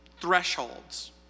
thresholds